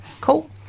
Cool